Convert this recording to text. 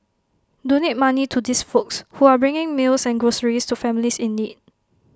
donate money to these folks who are bringing meals and groceries to families in need